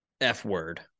F-word